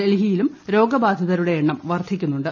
ഡൽഹിയിലും രോഗബാധിതരുടെ എണ്ണം വർദ്ധിക്കുന്നുണ്ട്